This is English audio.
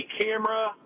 camera